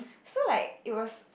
so like it was